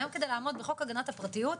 היום כדי לעמוד בחוק הגנת הפרטיות,